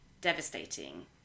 devastating